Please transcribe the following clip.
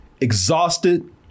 exhausted